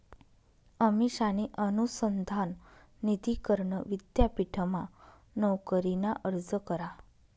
अमिषाने अनुसंधान निधी करण विद्यापीठमा नोकरीना अर्ज करा